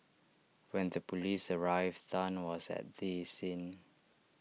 when the Police arrived Tan was at the scene